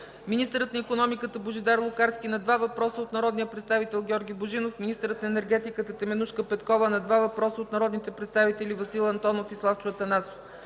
министърът на икономиката Божидар Лукарски – на два въпроса от народния представител Георги Божинов; – министърът на енергетиката Теменужка Петкова – на два въпроса от народните представители Васил Антонов, и Славчо Атанасов;